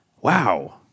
wow